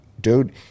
dude